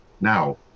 Now